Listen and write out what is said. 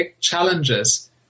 challenges